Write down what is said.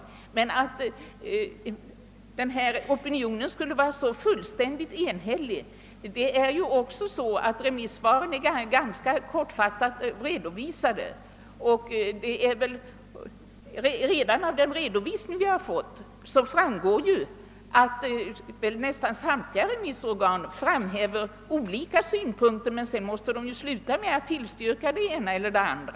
Med anledning av uttalandet att opinionen skulle vara så fullständigt enhällig vill jag påpeka att remissvaren är ganska kortfattat redovisade. Redan av den redovisning vi har fått framgår ju att nästan samtliga remissorgan framhäver olika synpunkter, men sedan måste de ju sluta med att tillstyrka det ena eller andra alternativet.